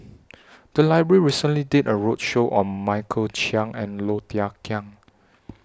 The Library recently did A roadshow on Michael Chiang and Low Thia Khiang